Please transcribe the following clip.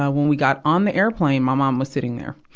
ah when we got on the airplane, my mom was sitting there.